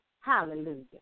Hallelujah